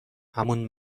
همون